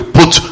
put